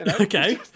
Okay